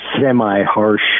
semi-harsh